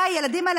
הרי הילדים האלה,